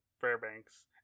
Fairbanks